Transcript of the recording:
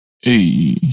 hey